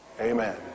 Amen